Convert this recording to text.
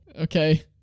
okay